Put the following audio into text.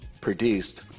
produced